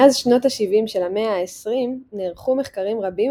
מאז שנות השבעים של המאה ה-20 נערכו מחקרים רבים